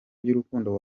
by’urukundo